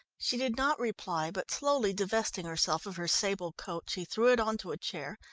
she did not reply, but slowly divesting herself of her sable coat she threw it on to a chair,